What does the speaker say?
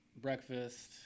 breakfast